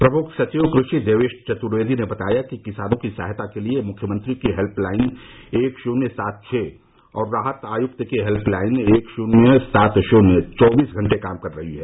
प्रमुख सचिव कृषि देवेश चतुर्वेदी ने बताया कि किसानों की सहायता के लिये मुख्यमंत्री की हेल्पलाइन एक शुन्य सात छ और राहत आयुक्त की हेल्पलाइन एक शुन्य सात शुन्य चौबीस घंटे काम कर रही है